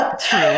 true